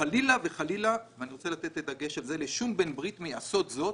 חלילה וחלילה לשום בן ברית מעשות זאת